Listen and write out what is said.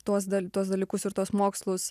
tuos daly tuos dalykus ir tuos mokslus